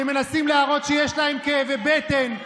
שמנסים להראות שיש להם כאבי בטן,